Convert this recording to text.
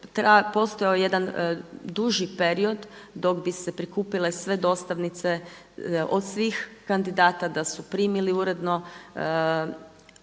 postojao jedan duži period dok bi se prikupile sve dostavnice od svih kandidata da su primili uredno